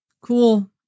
cool